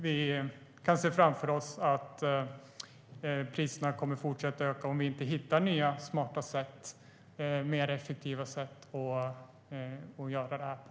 Vi kan se framför oss att priserna kommer att fortsätta att öka om vi inte hittar nya smarta och mer effektiva sätt att göra det här på.